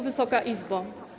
Wysoka Izbo!